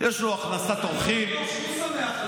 הכול בסדר.